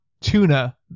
tuna